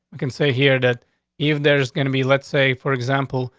we can say here that even there's gonna be, let's say, for example,